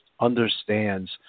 understands